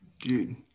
Dude